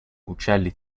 uccelli